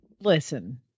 Listen